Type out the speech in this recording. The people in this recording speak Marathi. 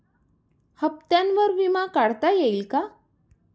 हप्त्यांवर विमा काढता येईल का?